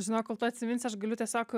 žinok kol tu atsiminsi aš galiu tiesiog